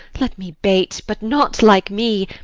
let me bate but not like me,